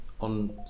on